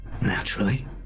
Naturally